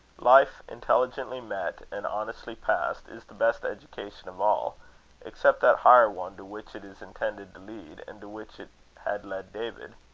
life intelligently met and honestly passed, is the best education of all except that higher one to which it is intended to lead, and to which it had led david.